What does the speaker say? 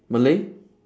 malay